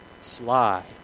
sly